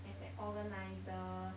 as an organiser